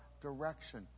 direction